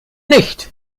nicht